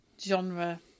genre